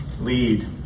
lead